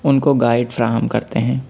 اُن کو گائڈ فراہم کرتے ہیں